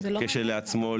כשלעצמו,